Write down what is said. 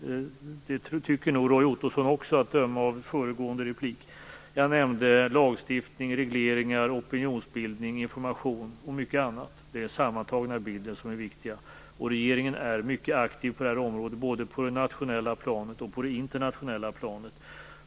Roy Ottosson tycker nog också det att döma av föregående inlägg. Jag nämnde lagstiftning, regleringar, opinionsbildning, information och mycket annat. Det är den sammantagna bilden som är den viktiga. Och regeringen är mycket aktiv på detta område, både på det nationella planet och på det internationella planet.